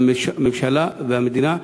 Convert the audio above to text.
והממשלה והמדינה,